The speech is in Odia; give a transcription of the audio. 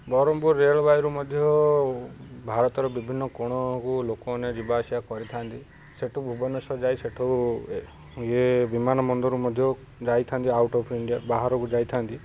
ବରଂପୁର ରେଳବାଇରୁ ମଧ୍ୟ ଭାରତର ବିଭିନ୍ନ କୋଣକୁ ଲୋକମାନେ ଯିବା ଆସିବା କରିଥାନ୍ତି ସେଠୁ ଭୁବନେଶ୍ୱର ଯାଇ ସେଠୁ ଇଏ ବିମାନବନ୍ଦରରୁ ମଧ୍ୟ ଯାଇଥାନ୍ତି ଆଉଟ୍ ଅଫ୍ ଇଣ୍ଡିଆ ବାହାରକୁ ଯାଇଥାନ୍ତି